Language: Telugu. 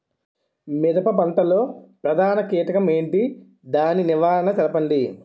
మిరప పంట లో ప్రధాన కీటకం ఏంటి? దాని నివారణ తెలపండి?